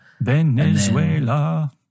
Venezuela